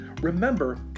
Remember